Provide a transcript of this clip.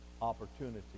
Opportunity